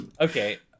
Okay